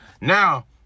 Now